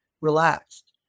relaxed